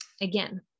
Again